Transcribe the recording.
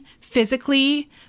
physically